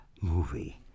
movie